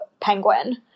Penguin